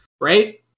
right